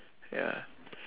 ya